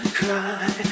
cry